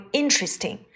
interesting